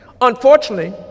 Unfortunately